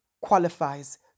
qualifies